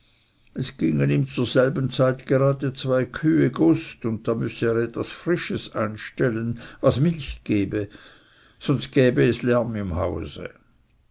es gingen ihm zur selben zeit gerade zwei kühe gust und da müsse er etwas frisches einstellen das milch gebe sonst gäbte es lärm im hause